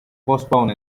postpone